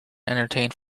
entertained